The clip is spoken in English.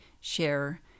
share